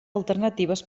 alternatives